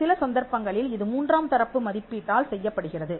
சில சந்தர்ப்பங்களில் இது மூன்றாம் தரப்பு மதிப்பீட்டால் செய்யப்படுகிறது